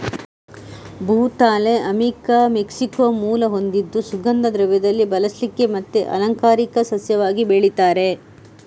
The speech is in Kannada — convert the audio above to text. ಭೂತಾಳೆ ಅಮಿಕಾ ಮೆಕ್ಸಿಕೋ ಮೂಲ ಹೊಂದಿದ್ದು ಸುಗಂಧ ದ್ರವ್ಯದಲ್ಲಿ ಬಳಸ್ಲಿಕ್ಕೆ ಮತ್ತೆ ಅಲಂಕಾರಿಕ ಸಸ್ಯವಾಗಿ ಬೆಳೀತಾರೆ